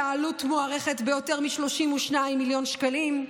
העלות מוערכת ביותר מ-32 מיליון שקלים.